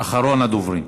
אחרון הדוברים.